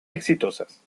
exitosas